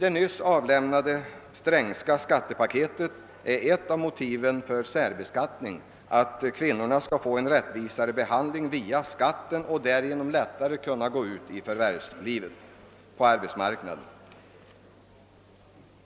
Ett av motiven för särbeskattning i det nyligen avlämnade strängska skattepaketet är att kvinnorna skall behandlas mera rättvist i skattehänseende och därigenom lättare kunna gå ut i förvärvslivet.